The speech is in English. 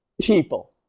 people